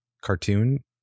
cartoon